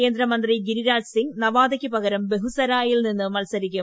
കേന്ദ്രമന്ത്രി ഗിരിരാജ് സിംങ് നവാദയ്ക്കു പകരം ബഹുസരായി ൽ മത്സരിക്കും